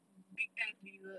big ass lizard